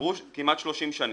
עברו כמעט 30 שנים,